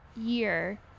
year